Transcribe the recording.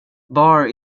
barre